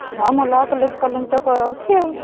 ହଁ ମୁଁ ଲ କଲେଜ୍ କଲୋନୀରେ ତ ରହୁଛି ଆଉ